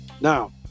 Now